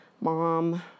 mom